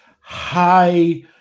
high